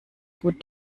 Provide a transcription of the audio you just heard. gut